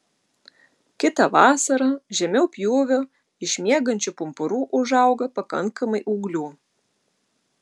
kitą vasarą žemiau pjūvio iš miegančių pumpurų užauga pakankamai ūglių